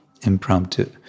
Impromptu